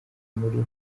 muri